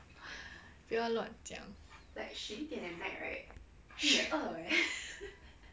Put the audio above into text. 不要乱讲